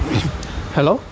hello